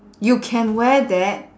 you can wear that